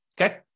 okay